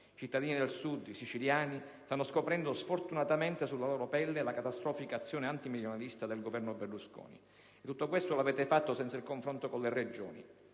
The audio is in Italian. i cittadini del Sud e i siciliani stanno scoprendo sfortunatamente sulla loro pelle la catastrofica azione antimeridionalista del Governo Berlusconi. Tutto questo lo avete fatto senza il confronto con le Regioni.